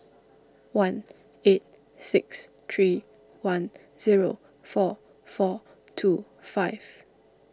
one eight six three one zero four four two five